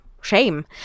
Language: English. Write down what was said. shame